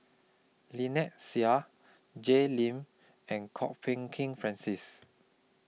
Lynnette Seah Jay Lim and Kwok Peng Kin Francis